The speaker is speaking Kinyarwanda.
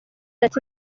ati